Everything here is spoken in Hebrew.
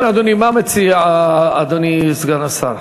כן, אדוני, מה מציע אדוני סגן השר?